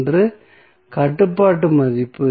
என்ற கட்டுப்பாட்டு மதிப்பு